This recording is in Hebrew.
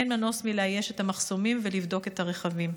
אין מנוס מלאייש את המחסומים ולבדוק את הרכבים.